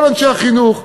כל אנשי החינוך,